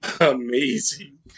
amazing